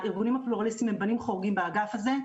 הארגונים הפלורליסטים הם בנים חורגים באגף הזה.